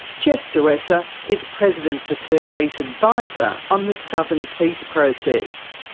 jess dureza is president duterte's advisor on the southern peace process.